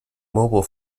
mobile